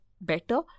better